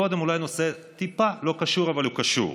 קודם אולי נושא טיפה לא קשור, אבל הוא קשור.